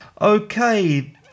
Okay